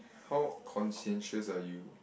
how conscientious are you